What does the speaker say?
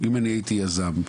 אם אני הייתי יזם,